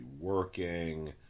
working